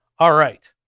alright,